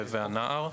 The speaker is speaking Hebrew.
והנער.